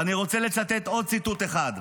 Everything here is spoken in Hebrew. ואני רוצה לצטט עוד ציטוט אחד,